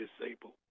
disabled